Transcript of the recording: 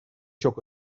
çok